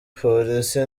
polisi